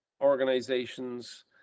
organizations